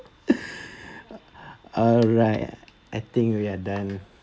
alright I think we are done